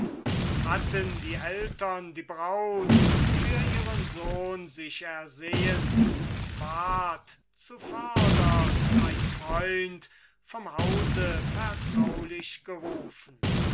hatten die eltern die braut für ihren sohn sich ersehen ward zuvörderst ein freund vom hause vertraulich gerufen